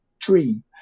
dream